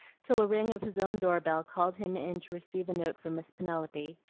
till a ring of his own door-bell called him in to receive a note from miss penelope,